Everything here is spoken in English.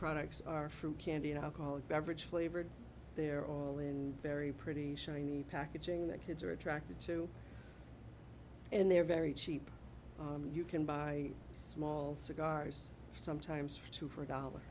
products are from candy an alcoholic beverage flavored they're all in very pretty shiny packaging that kids are attracted to and they're very cheap you can buy small cigars sometimes for two